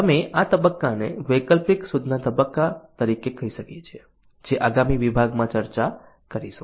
અમે આ તબક્કાને વૈકલ્પિક શોધના તબક્કા તરીકે કહી શકીએ છીએ જે આગામી વિભાગમાં ચર્ચા કરશે